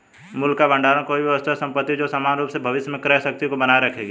मूल्य का भंडार कोई भी वस्तु या संपत्ति है जो सामान्य रूप से भविष्य में क्रय शक्ति को बनाए रखेगी